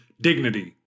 dignity